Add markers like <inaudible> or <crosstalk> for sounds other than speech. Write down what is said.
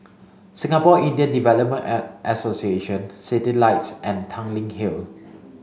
Singapore Indian Development <unintelligible> Association Citylights and Tanglin Hill